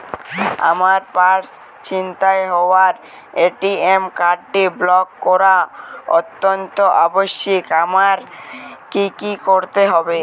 আমার পার্স ছিনতাই হওয়ায় এ.টি.এম কার্ডটি ব্লক করা অত্যন্ত আবশ্যিক আমায় কী কী করতে হবে?